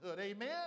Amen